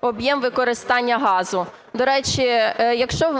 об'єм використання газу. До речі, якщо